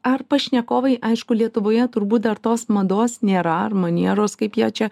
ar pašnekovai aišku lietuvoje turbūt dar tos mados nėra ar manieros kaip jie čia